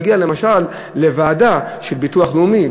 למשל, הוא צריך להגיע לוועדה של הביטוח הלאומי.